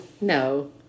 No